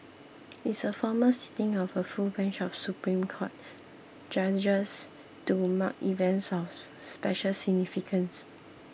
it's a formal sitting of a full bench of Supreme Court judgers to mark events of special significance